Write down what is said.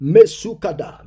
Mesukada